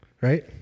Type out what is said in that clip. right